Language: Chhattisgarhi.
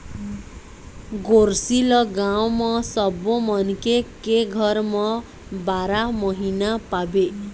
गोरसी ल गाँव म सब्बो मनखे के घर म बारा महिना पाबे